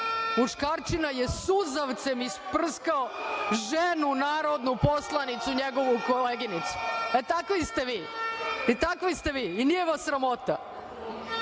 muškarčina je suzavcem isprskao ženu narodnu poslanicu, njegovu koleginicu. E, takvi ste vi. I nije vas sramota.